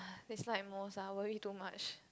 just like most ah worry too much